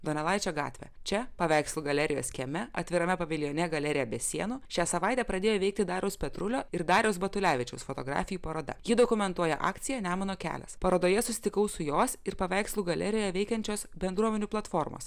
donelaičio gatvę čia paveikslų galerijos kieme atvirame paviljone galerija be sienų šią savaitę pradėjo veikti dariaus petrulio ir dariaus batulevičiaus fotografijų paroda ji dokumentuoja akciją nemuno kelias parodoje susitikau su jos ir paveikslų galerijoje veikiančios bendruomenių platformos